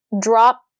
drop